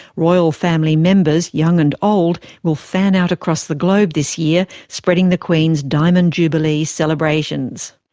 royal family members, young and old, will fan out across the globe this year, spreading the queen's diamond jubilee celebrations.